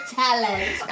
talent